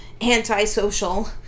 anti-social